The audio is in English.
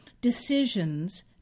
decisions